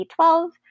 B12